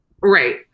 Right